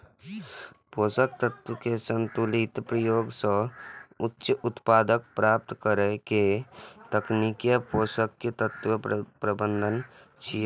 पोषक तत्व के संतुलित प्रयोग सं उच्च उत्पादकता प्राप्त करै के तकनीक पोषक तत्व प्रबंधन छियै